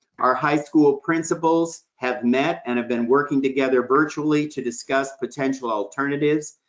our high school principals have met, and have been working together virtually to discuss potential alternatives,